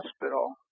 hospital